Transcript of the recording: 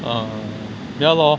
uh ya lor